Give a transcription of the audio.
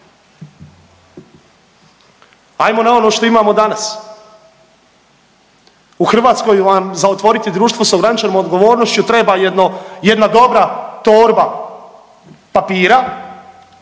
Hajmo na ono što imamo danas. U Hrvatskoj vam za otvoriti društvo sa ograničenom odgovornošću treba jedna dobra torba papira,